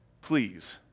please